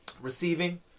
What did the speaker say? receiving